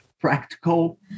practical